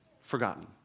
forgotten